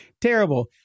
terrible